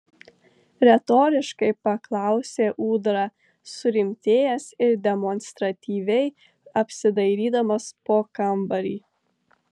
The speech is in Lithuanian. retoriškai paklausė ūdra surimtėjęs ir demonstratyviai apsidairydamas po kambarį